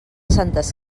santes